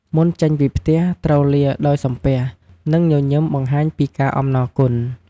មុនចេញពីផ្ទះ ត្រូវលារដោយសំពះ និងញញឹមបង្ហាញពីការអំណរគុណ។